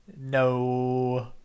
No